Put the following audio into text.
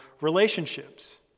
relationships